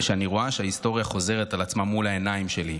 כשאני רואה שההיסטוריה חוזרת על עצמה מול העיניים שלי.